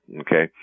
Okay